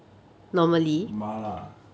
mala ah